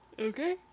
Okay